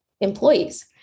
employees